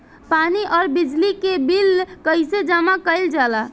पानी और बिजली के बिल कइसे जमा कइल जाला?